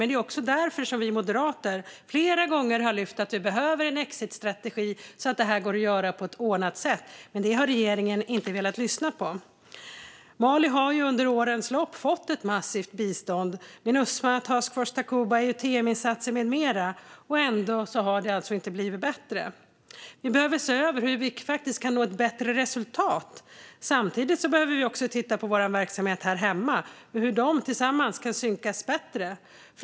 Det är också därför vi moderater flera gånger har lyft fram att vi behöver en exitstrategi så att det här går att göra på ett ordnat sätt. Men det har regeringen inte velat lyssna på. Mali har under årens lopp fått ett massivt bistånd och insatser från Minusma, Task Force Takuba och EUTM med mera. Ändå har det alltså inte blivit bättre. Vi behöver se över hur vi kan nå ett bättre resultat. Samtidigt behöver vi titta på vår verksamhet här hemma och hur detta tillsammans kan synkas bättre.